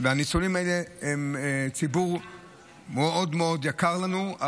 הניצולים האלה הם ציבור מאוד מאוד יקר לנו,